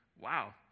Wow